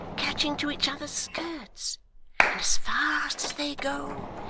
catching to each other's skirts and as fast as they go,